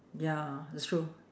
ya that's true